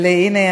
אבל הינה,